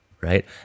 right